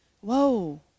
Whoa